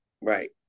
right